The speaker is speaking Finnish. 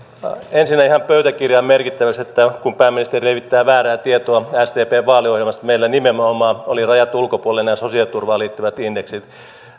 ensinnä ihan pöytäkirjaan merkittäväksi kun pääministeri levittää väärää tietoa sdpn vaaliohjelmasta että meillä nimenomaan oli rajattu ulkopuolelle nämä sosiaaliturvaan liittyvät indeksit